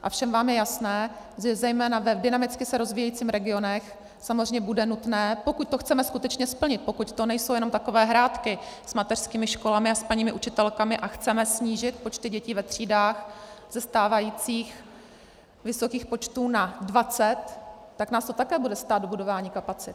A všem vám je jasné, že zejména v dynamicky se rozvíjejících regionech samozřejmě bude nutné, pokud to chceme skutečně splnit, pokud to nejsou jenom takové hrátky s mateřskými školami a s paními učitelkami, a chceme snížit počty dětí ve třídách ze stávajících vysokých počtů na 20, tak nás to také bude stát budování kapacit.